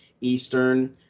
Eastern